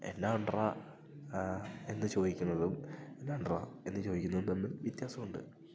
എന്നാ ഒണ്ടറാ എന്നു ചോദിക്കുന്നതും എന്നാണ്ടറ എന്നു ചോദിക്കുന്നതും തമ്മില് വിത്യാസമുണ്ട്